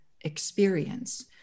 experience